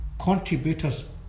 contributors